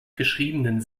geschriebenen